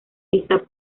esta